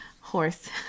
horse